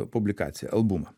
publikaciją albumą